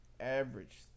average